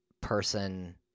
person